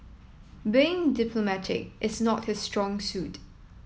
being diplomatic is not his strong suit